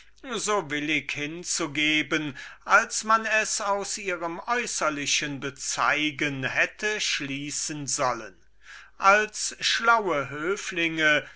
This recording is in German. so willig hinzugeben als man es aus ihrem äußerlichen bezeugen hätte schließen sollen als schlaue höflinge